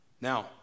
Now